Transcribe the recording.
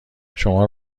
شما